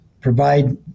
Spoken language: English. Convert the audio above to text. provide